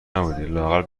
نبودی٬لااقل